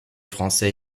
français